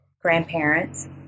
grandparents